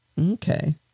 Okay